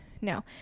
No